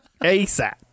ASAP